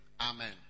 Amen